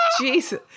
Jesus